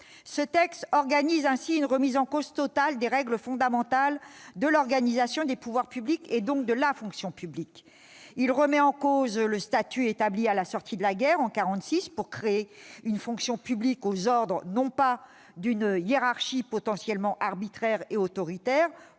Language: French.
Ce texte organise ainsi une remise en cause totale des règles fondamentales de l'organisation des pouvoirs publics, donc de la fonction publique. Il remet en question le statut établi à la sortie de la guerre, en 1946, pour créer une fonction publique aux ordres non pas d'une hiérarchie potentiellement arbitraire et autoritaire,